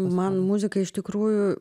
man muzika iš tikrųjų